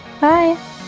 Bye